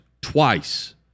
twice